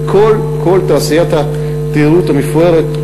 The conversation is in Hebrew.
וכל תעשיית התיירות המפוארת.